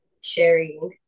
sharing